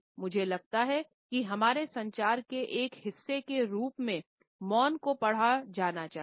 मुझे लगता है कि हमारे संचार के एक हिस्से के रूप में मौन को पढ़ा जाना चाहिए